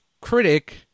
critic